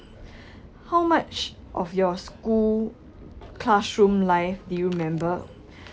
how much of your school classroom life do you remember